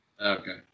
Okay